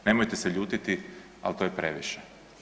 Nemojte se ljutiti, al to je previše.